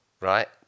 Right